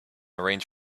arrange